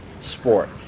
sport